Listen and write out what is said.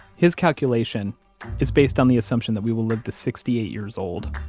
his calculation is based on the assumption that we will live to sixty eight years old.